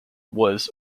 was